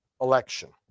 election